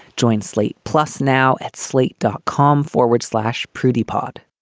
joint slate plus now at slate, dot com forward slash prudy pod